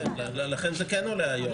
לכן זה כן עולה היום.